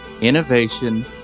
innovation